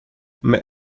mais